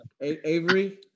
Avery